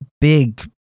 big